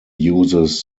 uses